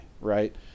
right